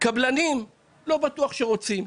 קבלנים, לא בטוח שרוצים.